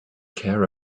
care